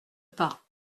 pas